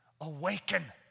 Awaken